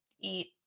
eat